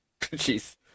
Jeez